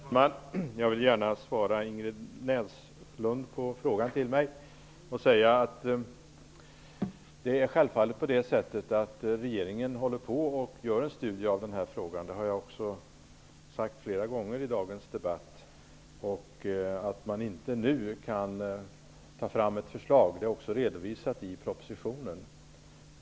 Herr talman! Jag vill gärna svara Ingrid Näslund på den fråga hon ställde till mig. Det är självfallet på det sättet att regeringen håller på och gör en studie av denna fråga. Det har jag också sagt flera gånger i dagens debatt. Det faktum att man inte nu kan ta fram ett förslag är också redovisat i propositionen.